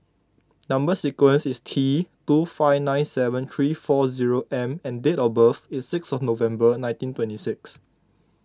Number Sequence is T two five nine seven three four zero M and date of birth is sixth November nineteen twenty sixth